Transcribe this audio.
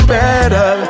better